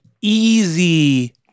easy